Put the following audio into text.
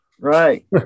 Right